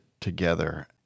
together